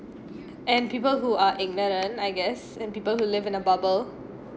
and people who are ignorant I guess and people who live in a bubble